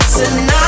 tonight